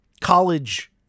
college